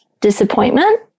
disappointment